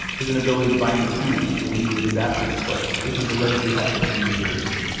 his inability to buy new shoes to alleviate his athlete's foot, which he's allegedly had for three years,